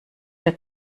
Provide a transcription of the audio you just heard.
der